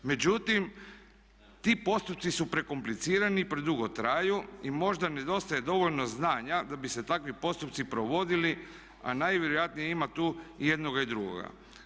Međutim, ti postupci su prekomplicirani, predugo traju i možda nedostaje dovoljno znanja da bi se takvi postupci provodili, a najvjerojatnije ima tu i jednoga i drugoga.